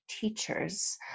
teachers